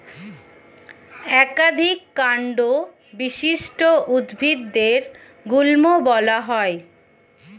একাধিক কান্ড বিশিষ্ট উদ্ভিদদের গুল্ম বলা হয়